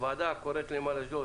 הוועדה קוראת לנמל אשדוד